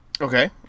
Okay